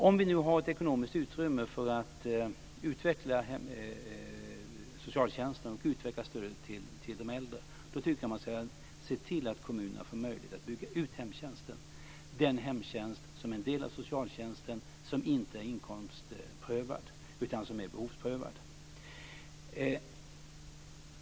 Om vi nu har ett ekonomiskt utrymme för att utveckla socialtjänsten och stödet till de äldre, tycker jag att man ska se till att kommunerna får möjlighet att bygga ut den hemtjänst som är en del av socialtjänsten och som inte är inkomstprövad utan behovsprövad.